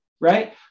Right